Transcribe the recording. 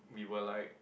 we were like